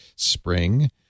Spring